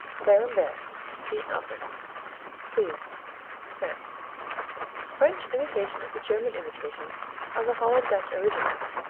clerimbert see alpin. cleves france french imitation of the german imitation of a holland-dutch original.